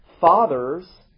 Fathers